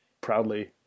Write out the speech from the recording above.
proudly